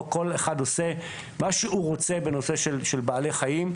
כל אחד עושה מה שהוא רוצה בנושא של בעלי חיים,